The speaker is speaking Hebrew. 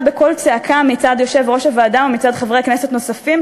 בקול צעקה מצד יושב-ראש הוועדה ומצד חברי כנסת נוספים,